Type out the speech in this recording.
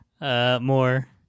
more